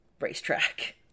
racetrack